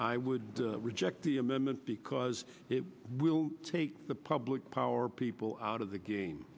i would reject the amendment because it will take the public power people out of the game